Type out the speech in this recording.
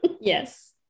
Yes